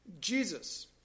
Jesus